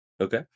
okay